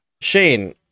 shane